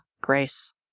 grace